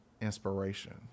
inspiration